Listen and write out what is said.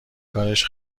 کارش